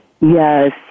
Yes